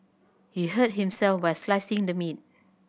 he hurt himself while slicing the meat